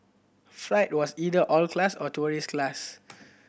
flight was either all class or tourist class